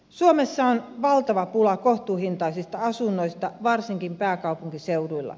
suomessa on valtava pula kohtuuhintaisista asunnoista varsinkin pääkaupunkiseudulla